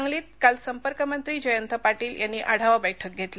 सांगलीत काल संपर्कमंत्री जयंत पाटिल यांनी आढावा बैठक घेतली